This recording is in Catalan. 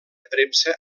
premsa